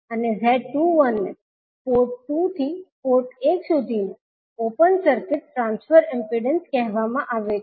અને 𝐳21 ને પોર્ટ 2 થી પોર્ટ 1 સુધીનો ઓપન સર્કિટ ટ્રાન્સફર ઇમ્પિડન્સ કહેવામાં આવે છે